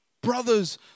Brothers